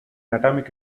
atomic